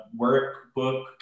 workbook